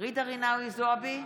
ג'ידא רינאוי זועבי,